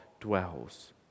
dwells